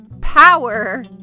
power